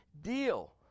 deal